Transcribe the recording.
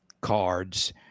cards